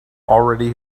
already